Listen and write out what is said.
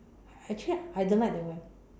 actually I don't like that one